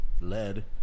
lead